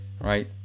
right